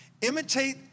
Imitate